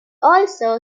also